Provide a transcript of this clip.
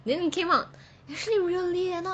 then came out actually rio lee leh not